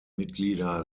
mitglieder